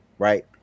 Right